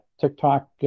TikTok